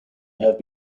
have